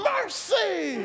Mercy